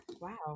Wow